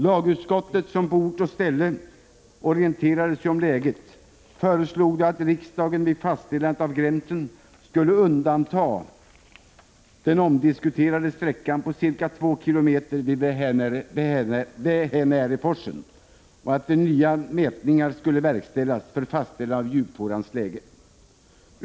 Lagutskottet, som på ort och ställe orienterade sig om läget, föreslog att riksdagen vid fastställandet av gränsen skulle undanta den omdiskuterade sträckan på ca 2 kilometer vid Vähänäräforsen och att nya mätningar skulle verkställas för fastställande av djupfårans läge.